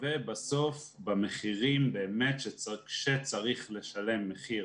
ובסוף במחירים באמת כשצריך לשלם מחיר